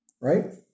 Right